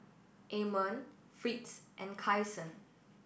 Amon Fritz and Kyson